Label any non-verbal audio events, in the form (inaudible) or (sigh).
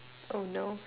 oh no (laughs)